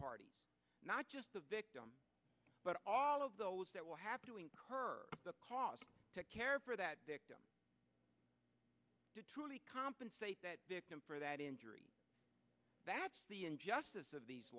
party not just the victim but all of those that will have to incur the cost to care for that victim to truly compensate that victim for that injury that's the injustice of these